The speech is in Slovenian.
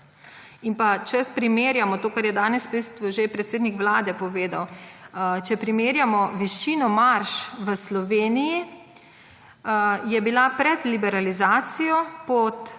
In če primerjamo to, kar je danes že predsednik Vlade povedal, če primerjamo višino marž v Sloveniji, so bile pred liberalizacijo pod